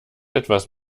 etwas